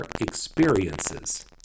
experiences